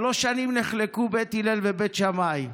שלוש שנים נחלקו בית הלל ובית שמאי.